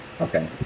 Okay